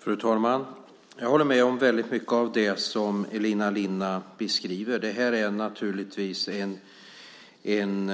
Fru talman! Jag håller med om väldigt mycket av det som Elina Linna beskriver. Det här är naturligtvis en